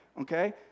okay